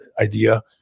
idea